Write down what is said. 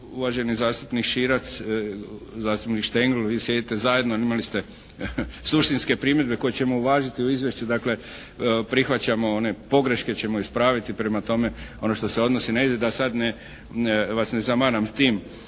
uvaženi zastupnik Širac, zastupnik Štengl, vi sjedite zajedno. Imali ste suštinske primjedbe koje ćemo uvažiti u izvješću. Dakle, prihvaćamo one pogreške ćemo ispraviti. Prema tome, ono što se odnosi hajde da vas ne zamaram s tim.